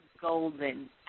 Golden